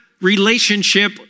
relationship